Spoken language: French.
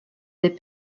des